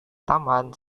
taman